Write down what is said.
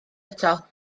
eto